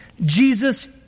Jesus